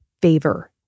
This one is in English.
favor